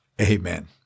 Amen